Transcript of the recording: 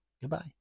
Goodbye